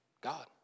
God